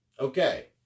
Okay